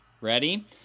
Ready